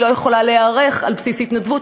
אני לא יכולה להיערך על בסיס התנדבות,